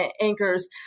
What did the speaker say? anchors